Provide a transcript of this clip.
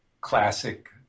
classic